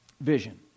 vision